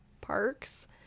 Parks